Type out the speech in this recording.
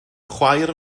chwaer